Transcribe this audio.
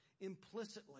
implicitly